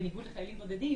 בניגוד לחיילים בודדים.